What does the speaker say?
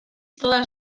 todas